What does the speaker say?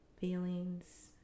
feelings